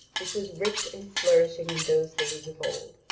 which was rich and flourishing in those days of old.